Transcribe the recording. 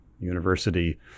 university